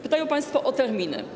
Pytają państwo o terminy.